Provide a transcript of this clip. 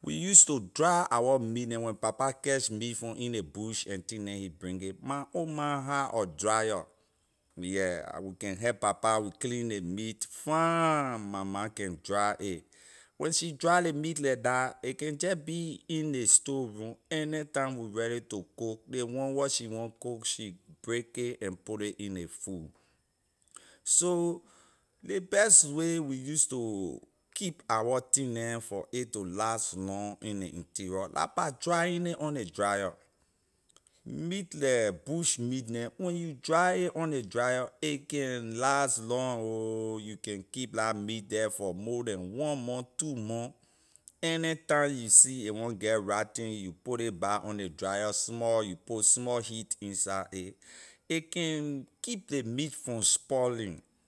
we use to dry our meat neh when papa catch meat from in ley bush and thing neh he bring it my old ma had a dryer yeah we can help papa we clean ley meat fine mya can dry it when she dry ley meat like that a can jeh be in ley store room anytime we ready to cook ley one where she want cook she break a and put ley in ley food so ley best way we use to keep our thing neh for a to last long in ley interior la by drying nay on ley dryer meat like bush meat neh you dry a on ley dryer a can las long ho you can keep la meat the for more than one month two month anytime you see a want get rotten you put ley back on ley dryer small you put small heat inside a, a can keep ley meat from spoiling.